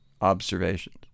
observations